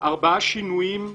ארבעה שינויים,